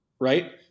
right